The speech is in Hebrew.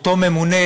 אותו ממונה,